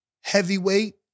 heavyweight